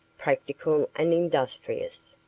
practical and industrious.